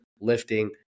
lifting